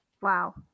Wow